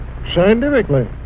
scientifically